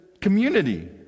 community